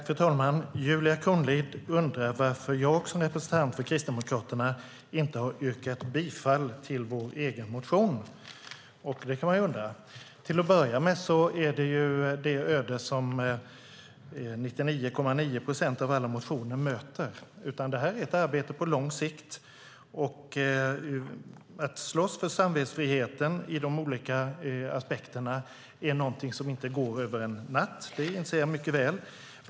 Fru talman! Julia Kronlid undrar varför jag som representant för Kristdemokraterna inte har yrkat bifall till vår egen motion, och det kan man ju undra. Till att börja med är detta det öde som 99,9 procent av alla motioner möter. Det här är ett arbete på lång sikt. Att slåss för samvetsfriheten ur de olika aspekterna är något som inte går att göra över en natt; det inser jag mycket väl.